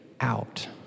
out